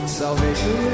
salvation